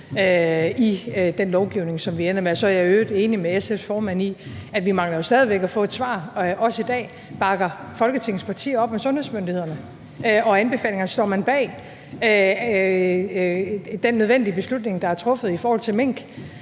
i den lovgivning, som vi ender med. Så er jeg i øvrigt enig med SF's formand i, at vi jo stadig væk mangler at få et svar, også i dag, på, om Folketingets partier bakker op om sundhedsmyndighederne og anbefalingerne, om man står bag den nødvendige beslutning, der er truffet i forhold til mink,